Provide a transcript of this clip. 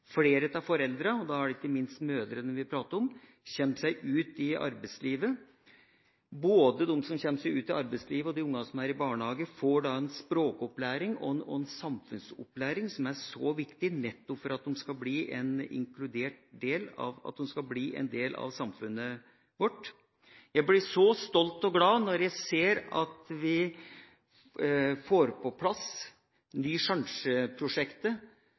flere kommer i barnehagen og får den gode opplevelsen samt at flere av foreldrene – og da prater vi ikke minst om mødrene – kommer seg ut i arbeidslivet. Både de som kommer seg ut i arbeidslivet og de ungene som er i barnehage, får da språk- og samfunnsopplæring, som er så viktig for at de skal bli en inkludert del av samfunnet vårt. Jeg blir så stolt og glad når jeg ser at vi får på plass